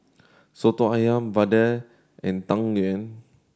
Soto Ayam vadai and Tang Yuen